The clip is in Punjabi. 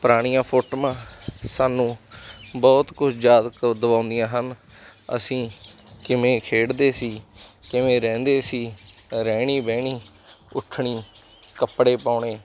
ਪੁਰਾਣੀਆਂ ਫੋਟੋਆਂ ਸਾਨੂੰ ਬਹੁਤ ਕੁਝ ਯਾਦ ਦੁਆਉਂਦੀਆਂ ਹਨ ਅਸੀਂ ਕਿਵੇਂ ਖੇਡਦੇ ਸੀ ਕਿਵੇਂ ਰਹਿੰਦੇ ਸੀ ਰਹਿਣੀ ਬਹਿਣੀ ਉੱਠਣੀ ਕੱਪੜੇ ਪਾਉਣੇ